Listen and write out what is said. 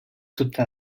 tutta